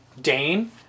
Dane